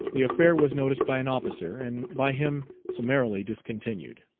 the affair was noticed by an officer, and by him summarily discontinued.